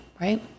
right